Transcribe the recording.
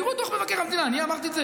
תראו את דוח מבקר מדינה, אני אמרתי את זה?